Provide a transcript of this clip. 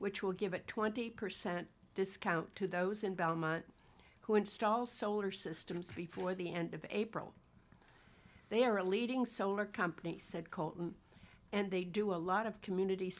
which will give it twenty percent discount to those in belmont who install solar systems before the end of april they are a leading solar company said call and they do a lot of community